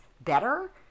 better